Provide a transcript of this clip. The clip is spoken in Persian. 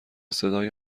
صدای